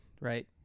right